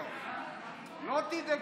הכול בסדר, לא תדאגו.